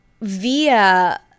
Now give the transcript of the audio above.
via